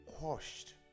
quashed